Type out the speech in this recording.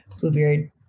Bluebeard